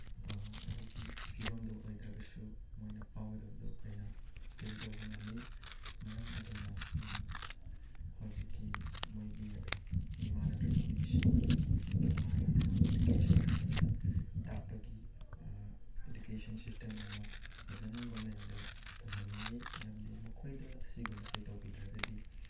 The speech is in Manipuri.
ꯑꯗꯨꯒꯤ ꯐꯤꯕꯝꯗꯨ ꯑꯣꯏꯗ꯭ꯔꯒꯁꯨ ꯃꯣꯏꯅ ꯐꯥꯎꯒꯗꯕꯗꯨ ꯑꯩꯈꯣꯏꯅ ꯐꯤꯜ ꯇꯧꯕ ꯉꯝꯃꯤ ꯃꯔꯝ ꯑꯗꯨꯅ ꯍꯧꯖꯤꯛꯀꯤ ꯃꯣꯏꯒꯤ ꯃꯤꯃꯥꯟꯅꯗ꯭ꯔꯕ ꯃꯤꯁꯤꯡꯒꯤ ꯇꯣꯉꯥꯟꯅ ꯏꯗꯨꯀꯦꯁꯟ ꯅꯠꯇ꯭ꯔꯒꯅ ꯇꯥꯛꯄꯒꯤ ꯏꯗꯨꯀꯦꯁꯟ ꯁꯤꯁꯇꯦꯝ ꯑꯃ ꯐꯖꯅ ꯒꯣꯔꯃꯦꯟꯗ ꯇꯧꯍꯟꯅꯤꯡꯉꯤ ꯃꯔꯝꯗꯤ ꯃꯈꯣꯏꯗ ꯑꯁꯤꯒꯨꯝꯕꯁꯦ ꯇꯧꯕꯤꯗ꯭ꯔꯒꯗꯤ